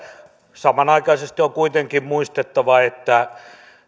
samanaikaisesti on kuitenkin muistettava että